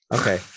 Okay